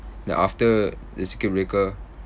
then after the circuit breaker